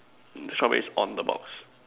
mm strawberries on the box